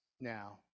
now